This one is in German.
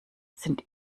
sind